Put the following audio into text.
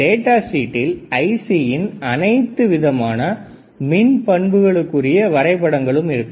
data ஷீட்டில் ஐசியின் அனைத்து விதமான மின் பண்புகளுக்குரிய வரைபடங்களும் இருக்கும்